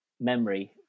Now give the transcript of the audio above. memory